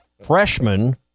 freshman